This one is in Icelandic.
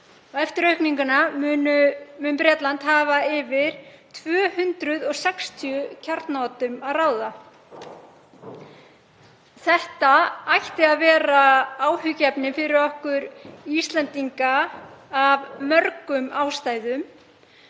Eftir aukninguna mun Bretland hafa yfir 260 kjarnaoddum að ráða. Það ætti að vera áhyggjuefni fyrir okkur Íslendinga af mörgum ástæðum,